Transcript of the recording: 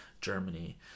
germany